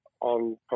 on